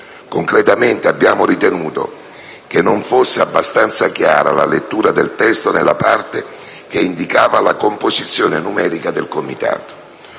Concretamente, abbiamo ritenuto che non fosse abbastanza chiara la lettura del testo nella parte che indicava la composizione numerica del Comitato.